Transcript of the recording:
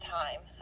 time